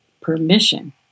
permission